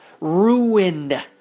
ruined